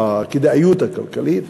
את הכדאיות הכלכלית,